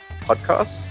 Podcasts